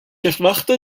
erwarte